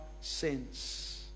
sins